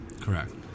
Correct